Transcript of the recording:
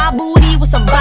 um booty with some bawse.